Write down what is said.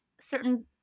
certain